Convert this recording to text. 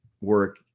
work